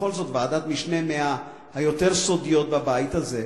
בכל זאת ועדת משנה מהיותר סודיות בבית הזה,